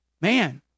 Man